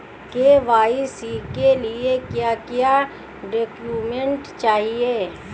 KYC के लिए क्या क्या डॉक्यूमेंट चाहिए?